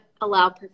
allow